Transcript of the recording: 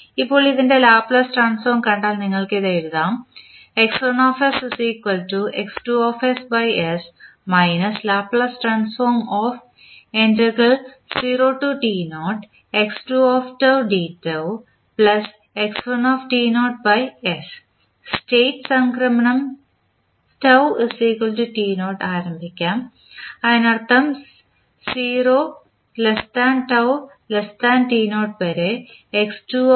ഇപ്പോൾ ഇതിൻറെ Laplace transform കണ്ടാൽ നിങ്ങൾക്ക് ഇത് എഴുതാം സ്റ്റേറ്റ്സംക്രമണം ആരംഭിക്കും അതിനർത്ഥം ആണ്